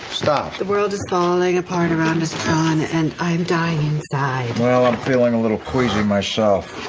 stop. the world is falling apart around us and i'm dying die while i'm feeling a little queasy myself.